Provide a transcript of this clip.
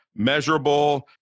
Measurable